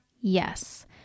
Yes